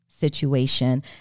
situation